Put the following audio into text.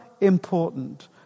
important